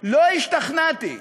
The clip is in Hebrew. לא השתכנעתי.